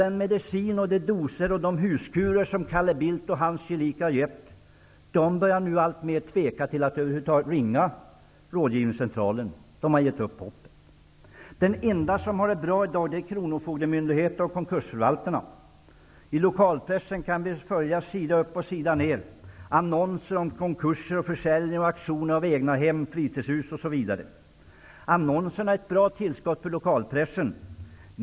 Den medicin, de doser och de huskurer som Calle Bildt och hans gelikar har gett gör att patienterna nu börjar tveka att över huvud taget ringa rådgivningscentralen. De har gett upp hoppet. De enda som har det bra i dag är lokalpressen kan vi sida upp och sida ner följa annonser om konkurser, försäljningar, auktioner av egnahem och fritidshus osv. Annonserna är ett bra tillskott för lokalpressen.